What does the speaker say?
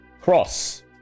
Cross